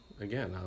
again